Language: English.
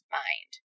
mind